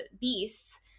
beasts